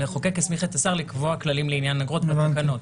המחוקק הסמיך את השר לקבוע כללים לעניין אגרות ותקנות,